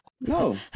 No